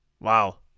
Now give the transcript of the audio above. Wow